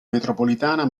metropolitana